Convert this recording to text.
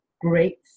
great